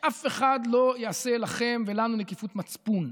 שאף אחד לא יעשה לכם ולנו נקיפות מצפון.